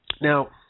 Now